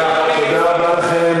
תודה רבה לכם,